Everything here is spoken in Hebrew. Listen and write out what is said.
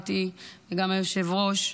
וגם היושב-ראש,